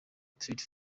trade